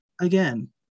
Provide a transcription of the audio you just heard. Again